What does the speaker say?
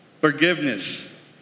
Forgiveness